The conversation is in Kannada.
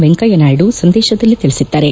ವೆಂಕಯ್ಯನಾಯ್ಡು ಅವರು ಸಂದೇಶದಲ್ಲಿ ತಿಳಿಸಿದ್ದಾರೆ